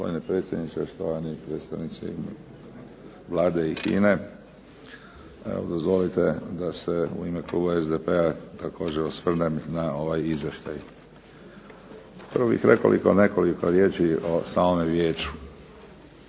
Gospodine predsjedniče, štovani predstavnici Vlade i HINA-e. Evo, dozvolite da se u ime kluba SDP-a također osvrnem na ovaj izvještaj. Prvo bih rekao nekoliko riječi o samome vijeću.